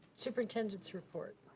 superintendent's report.